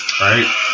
Right